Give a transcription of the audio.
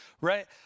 right